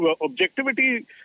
Objectivity